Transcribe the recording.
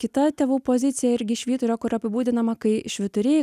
kita tėvų pozicija irgi švyturio kur apibūdinama kai švyturiai